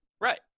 right